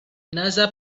nasa